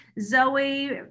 Zoe